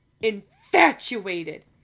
infatuated